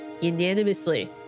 unanimously